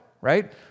right